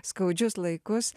skaudžius laikus